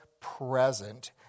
present